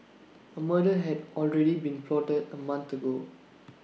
A murder had already been plotted A month ago